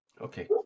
Okay